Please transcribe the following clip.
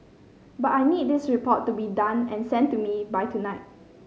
but I need this report to be done and sent to me by tonight